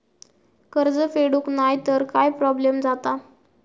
कर्ज फेडूक नाय तर काय प्रोब्लेम जाता?